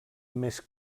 més